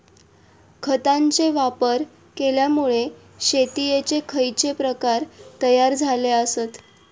खतांचे वापर केल्यामुळे शेतीयेचे खैचे प्रकार तयार झाले आसत?